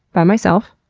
by myself.